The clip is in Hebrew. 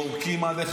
יורקים עליך,